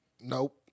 Nope